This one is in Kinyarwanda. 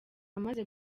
amaze